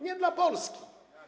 nie dla Polski.